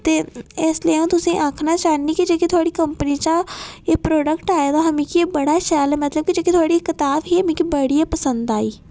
ते इसले अ'ऊं तुसें गी आखना चाह्न्नी कि थुआढ़ी कंपनी चा एह् परोडक्ट आए दा हा मिगी एह् बड़ा शैल मतलब कि जेह्की थुआढ़ी कताब ही मिगी बड़ी गै पसंद आई